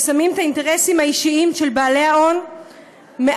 ששמים את האינטרסים האישיים של בעלי ההון מעל